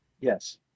yes